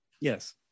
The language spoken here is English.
Yes